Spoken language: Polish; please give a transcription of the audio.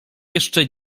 jeszcze